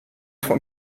von